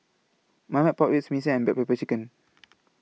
Marmite Pork Ribs Mee Siam and Black Pepper Chicken